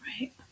Right